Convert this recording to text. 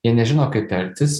jie nežino kaip elgtis